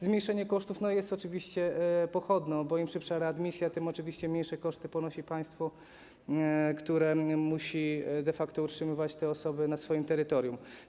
Zmniejszenie kosztów jest oczywiście pochodną, bo im szybsza readmisja, tym mniejsze koszty ponosi państwo, które musi de facto utrzymywać te osoby na swoim terytorium.